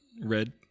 red